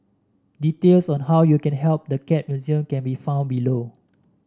details on how you can help the Cat Museum can be found below